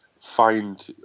find